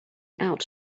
out